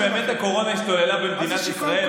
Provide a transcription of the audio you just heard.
אני אחזור על השאלה: בתקופה שבאמת הייתה קורונה במדינת ישראל,